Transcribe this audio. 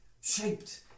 shaped